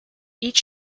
each